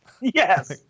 Yes